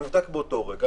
הוא נבדק באותו רגע,